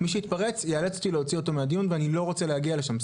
מי שיתפרץ אאלץ להוציא אותו מהדיון ואני לא רוצה להגיע לשם.